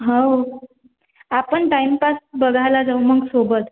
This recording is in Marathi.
हो आपण टाईमपास बघायला जाऊ मग सोबत